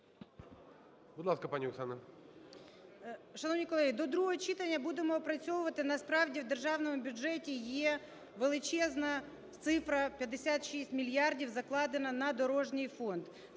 Будь ласка, пані Оксана.